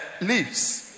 leaves